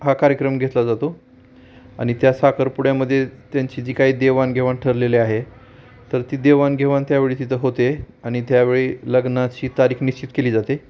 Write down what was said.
हा कार्यक्रम घेतला जातो आणि त्या साखरपुड्यामध्ये त्यांची जी काही देवाणघेवाण ठरलेले आहे तर ती देवाणघेवाण त्यावेळी तिथं होते आणि त्यावेळी लग्नाची तारीख निश्चित केली जाते